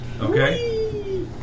Okay